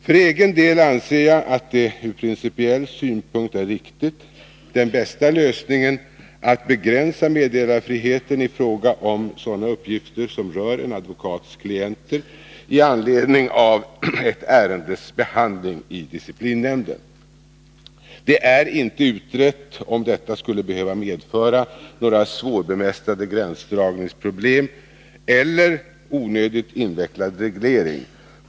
För egen del anser jag att det ur principiell synpunkt är riktigt — den bästa lösningen — att begränsa meddelarfriheten i fråga om sådana uppgifter som 53 Man har inte utrett om detta skulle behöva medföra några svårbemästrade gränsdragningsproblem eller onödigt invecklad reglering.